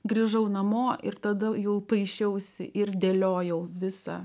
grįžau namo ir tada jau paišiausi ir dėliojau visą